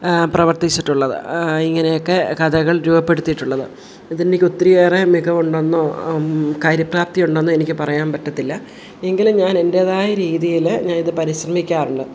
പ്രവർത്തിച്ചിട്ടുള്ളത് ഇങ്ങനെയൊക്കെ കഥകൾ രൂപപ്പെടുത്തിയിട്ടുള്ളത് ഇതെനിക്ക് ഒത്തിരിയേറെ മികവുണ്ടെന്നോ കാര്യപ്രാപ്തി ഉണ്ടെന്നോ എനിക്ക് പറയാൻ പറ്റത്തില്ല എങ്കിലും ഞാൻ എൻ്റേതായ രീതിയിൽ ഞാനിത് പരിശ്രമിക്കാറുണ്ട്